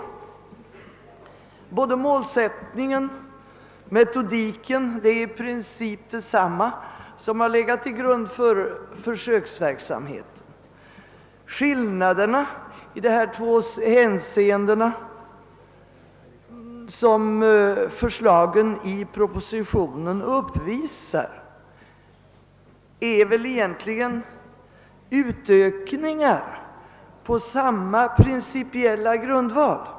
Målsättningen och metodiken är i prin cip desamma som har legat till grund för försöksverksamheten. De skillnader i dessa två hänseenden som förslagen i propositionen uppvisar innebär egentligen bara utökningar med samma principiella grundval.